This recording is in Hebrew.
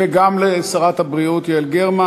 וגם לשרת הבריאות יעל גרמן.